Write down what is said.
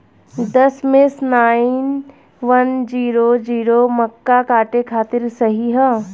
दशमेश nine one zero zero मक्का काटे खातिर सही ह?